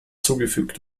zugefügt